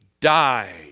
died